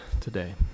today